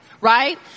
right